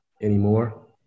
anymore